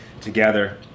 together